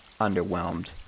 underwhelmed